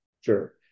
Sure